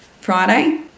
Friday